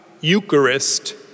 Eucharist